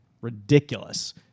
ridiculous